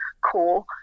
core